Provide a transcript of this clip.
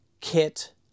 kit